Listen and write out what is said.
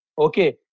Okay